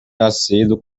nascido